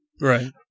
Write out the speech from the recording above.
Right